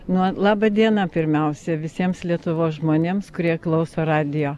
nuo laba diena pirmiausia visiems lietuvos žmonėms kurie klauso radijo